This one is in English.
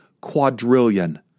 quadrillion